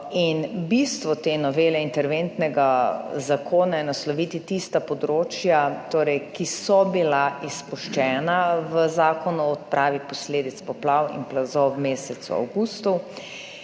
In bistvo te novele interventnega zakona je nasloviti tista področja torej, ki so bila izpuščena v Zakonu o odpravi posledic poplav in plazov v mesecu avgustu.